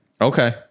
Okay